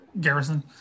garrison